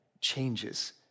changes